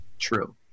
true